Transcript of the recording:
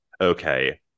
okay